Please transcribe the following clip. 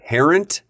Parent